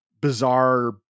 bizarre